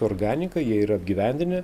organika jie yra apgyvendinę